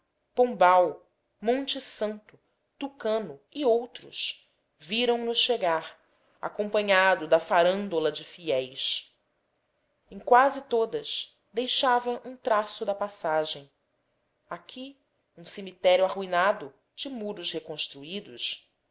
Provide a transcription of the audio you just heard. pompal monte santo tucano e outros viram no chegar acompanhado da farândola de fiéis em quase todas deixava um traço de passagem aqui um cemitério arruinado de muros reconstruídos